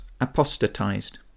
apostatized